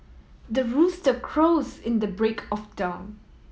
the rooster crows in the break of dawn